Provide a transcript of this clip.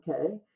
okay